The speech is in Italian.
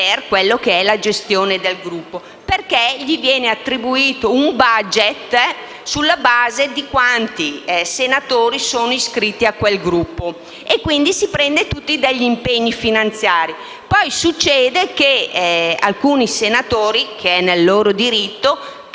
grazie a tutti